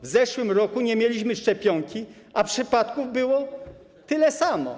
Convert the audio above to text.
W zeszłym roku nie mieliśmy szczepionki, a przypadków było tyle samo.